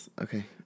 Okay